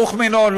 רוּח מן הון,